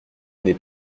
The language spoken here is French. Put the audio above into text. n’est